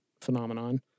phenomenon